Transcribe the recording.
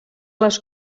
les